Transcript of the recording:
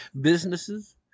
businesses